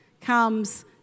comes